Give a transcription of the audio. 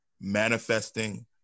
manifesting